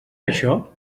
això